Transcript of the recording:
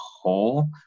whole